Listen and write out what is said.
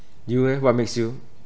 you leh what makes you